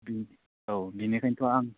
बि औ बिनिखायनोथ' आं